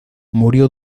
murió